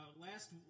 last